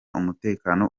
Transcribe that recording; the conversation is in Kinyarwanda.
umutekano